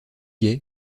gai